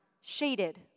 shaded